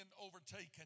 overtaken